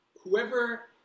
whoever